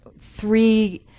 three